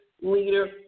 leader